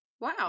wow